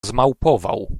zmałpował